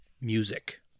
music